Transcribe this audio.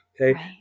Okay